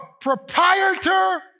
proprietor